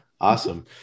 Awesome